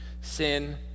Sin